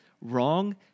wrong